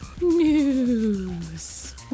News